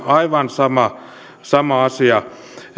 aivan sama asia